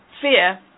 fear